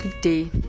day